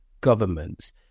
governments